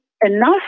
enough